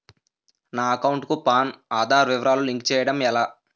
నా అకౌంట్ కు పాన్, ఆధార్ వివరాలు లింక్ చేయటం ఎలా?